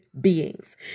beings